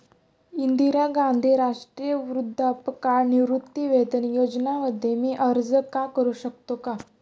इंदिरा गांधी राष्ट्रीय वृद्धापकाळ निवृत्तीवेतन योजना मध्ये मी अर्ज का करू शकतो का?